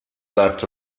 left